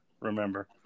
remember